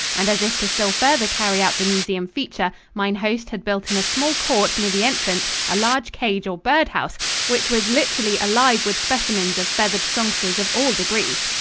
and as if to still further carry out the museum feature, mine host had built in a small court near the entrance a large cage or bird-house which was literally alive with specimens of feathered songsters of all degrees.